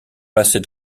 passés